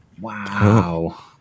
Wow